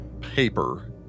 paper